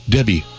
Debbie